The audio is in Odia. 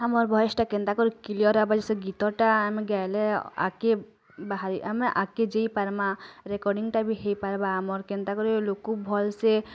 ଆମର୍ ଭଏସ୍ଟା କେନ୍ତାକରି କିଲିୟର୍ ଆଏବା ସେ ଗୀତଟା ଆମେ ଗାଏଲେ ଆଗକେ ବାହାରି ଆମେ ଆଗ୍କେ ଯେଇପାର୍ମା ରେକଡ଼ିଂଟା ବି ହେଇ ପାର୍ବା ଆମର୍ କେନ୍ତାକରି ଲୁକକୁଁ ଭଲସେ